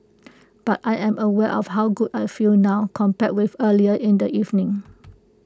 but I am aware of how good I feel now compare with earlier in the evening